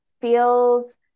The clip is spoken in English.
feels